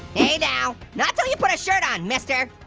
hey now, not till you put a shirt on mister.